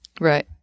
Right